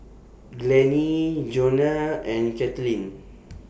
Glennie Johnna and Kaitlynn